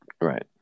right